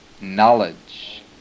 knowledge